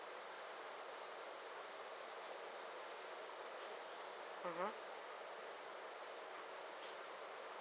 mmhmm